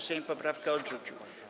Sejm poprawkę odrzucił.